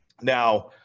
Now